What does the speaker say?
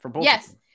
Yes